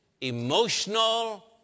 emotional